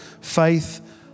Faith